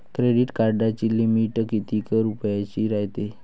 Credit कार्डाची limit कितीक रुपयाची रायते?